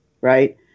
right